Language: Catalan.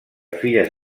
filles